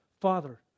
Father